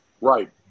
Right